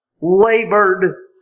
labored